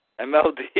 MLD